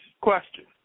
question